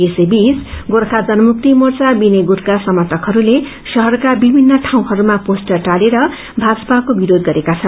यसै बीच गोर्खा जनमुक्ति मोर्चा विनय गुटका समर्थकहरूले शहरका विभिन्न ठाउँहरूमा पोस्टर दालेर भाजपाको विरोध गरेका छन्